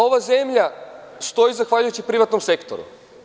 Ova zemlja stoji zahvaljujući privatnom sektoru.